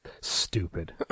stupid